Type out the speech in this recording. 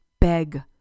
beg